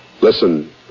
Listen